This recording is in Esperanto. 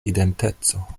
identeco